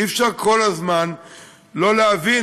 אי-אפשר כל הזמן לא להבין.